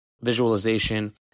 visualization